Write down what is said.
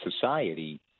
society